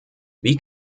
wie